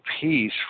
peace